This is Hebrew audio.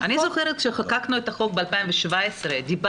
אני זוכרת כשחוקקנו את החוק ב-2017 דיברנו